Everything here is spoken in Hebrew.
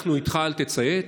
אנחנו איתך, אל תציית.